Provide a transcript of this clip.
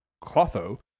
Clotho